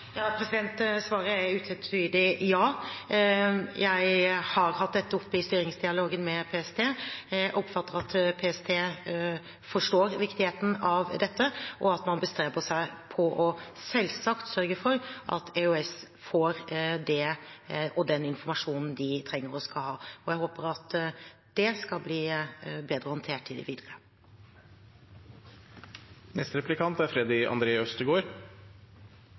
Ja, svaret er utvetydig ja. Jeg har hatt dette oppe i styringsdialogen med PST. Jeg oppfatter at PST forstår viktigheten av dette, og at man selvsagt bestreber seg på å sørge for at EOS-utvalget får den informasjonen de trenger og skal ha. Jeg håper at det skal bli bedre håndtert i det videre. Det er